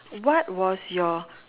what was your